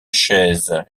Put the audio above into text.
chaise